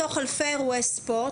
מתוך אלפי אירועי ספורט,